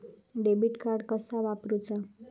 Debit card कसा वापरुचा?